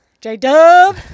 J-Dub